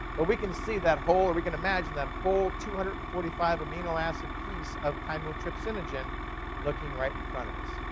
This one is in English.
but we can see that whole, or we can imagine that whole two hundred and forty five amino acid piece of chymotrypsinogen looking right in front of us.